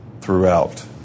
throughout